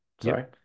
Sorry